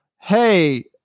Hey